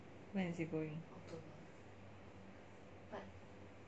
when is he going